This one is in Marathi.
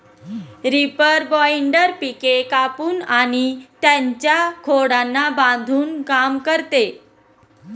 रीपर बाइंडर पिके कापून आणि त्यांच्या खोडांना बांधून काम करते